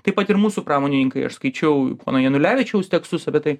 taip pat ir mūsų pramonininkai aš skaičiau pono janulevičiaus tekstus apie tai